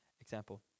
example